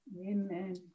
Amen